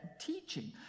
teaching